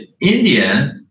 India